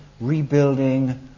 rebuilding